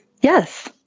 Yes